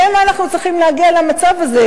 לשם מה אנחנו צריכים להגיע למצב הזה,